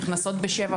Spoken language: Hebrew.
נכנסות ב-7:00,